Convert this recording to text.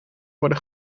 worden